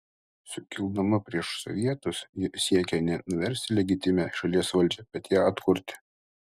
sukildama prieš sovietus ji siekė ne nuversti legitimią šalies valdžią bet ją atkurti